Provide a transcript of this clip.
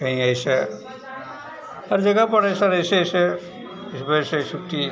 कहीं ऐसा हर जगह सर ऐसे ऐसे इस वज़ह से छुट्टी